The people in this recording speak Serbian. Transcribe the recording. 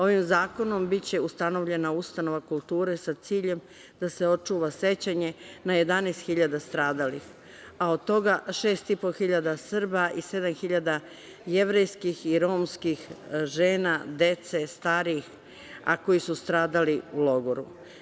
Ovim zakonom biće ustanovljena ustanova kulture sa ciljem da se očuva sećanje na 11.000 stradalih, a od toga 6.500 Srba i 7.000 jevrejskih i romskih žena, dece, starih, a koji su stradali u logoru.